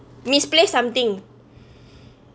misplace something